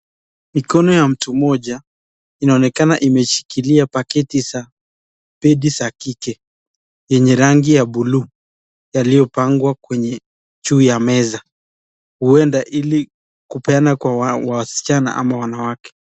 Mikono ya mtu mmoja inaonekana imeshikilia paketi za vitu za kike yenye rangi ya buluu yaliyopangwa kwenye juu ya meza huenda ili kupeana kwa wasichana ama wanawake.